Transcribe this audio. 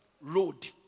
road